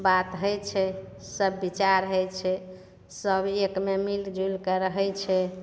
बात होइ छै सब विचार होइ छै सब एकमे मिलिजुलिके रहै छै